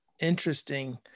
Interesting